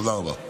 תודה רבה.